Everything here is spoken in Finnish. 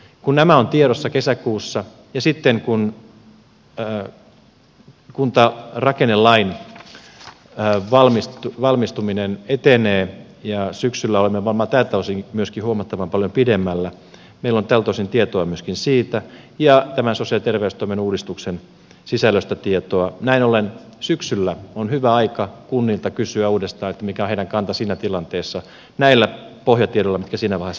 kun nämä ovat tiedossa kesäkuussa ja sitten kun kuntarakennelain valmistuminen etenee ja syksyllä olemme varmaan tältä osin myöskin huomattavan paljon pidemmällä meillä on tältä osin tietoa myöskin siitä ja tämän sosiaali ja terveystoimen uudistuksen sisällöstä tietoa niin näin ollen syksyllä on hyvä aika kunnilta kysyä uudestaan mikä on heidän kantansa siinä tilanteessa näillä pohjatiedoilla mitkä siinä vaiheessa on olemassa